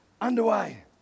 underway